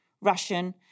Russian